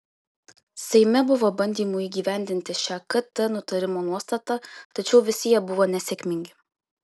seime buvo bandymų įgyvendinti šią kt nutarimo nuostatą tačiau visi jie buvo nesėkmingi